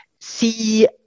see